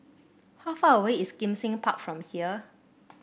how far away is Kim Seng Park from here